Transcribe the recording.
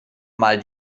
mal